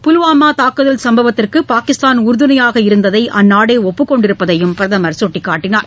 புல்வாமா தாக்குதல் சம்பவத்தக்கு பாகிஸ்தான் உறுதுணையாக இருந்ததை அந்நாடே ஒப்புக்கொண்டிருப்பதையும் பிரதமர் சுட்டிக்காட்டினார்